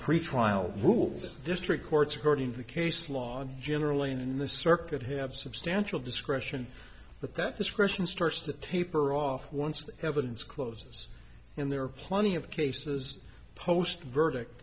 pretrial rules district courts according to case law generally in the circuit have substantial discretion but that discretion starts to taper off once evidence close and there are plenty of cases post verdict